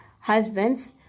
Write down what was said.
husbands